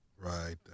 Right